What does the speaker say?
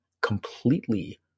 completely